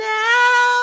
now